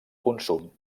consum